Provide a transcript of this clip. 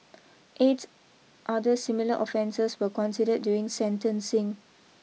eight other similar offences were considered during sentencing